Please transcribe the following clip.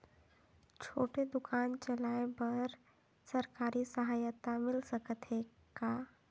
छोटे दुकान चलाय बर सरकारी सहायता मिल सकत हे का?